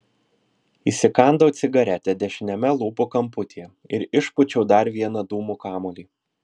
įsikandau cigaretę dešiniame lūpų kamputyje ir išpūčiau dar vieną dūmų kamuolį